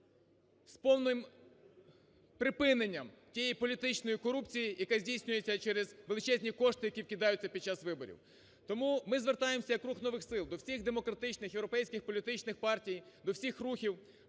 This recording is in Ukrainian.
з повним припиненням тієї політичної корупції, яка здійснюється через величезні кошти, які вкидаються під час виборів. Тому ми звертаємося як "Рух нових сил" до всіх демократичних європейських політичних партій, до всіх рухів